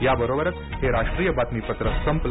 याबरोबरच हे राष्ट्रीय बातमीपत्र संपलं